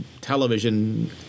television